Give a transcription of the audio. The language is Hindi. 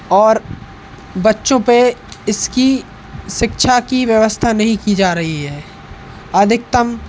और बच्चों पे इसकी शिक्षा की व्यवस्था नहीं की जा रही है अधिकतम